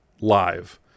live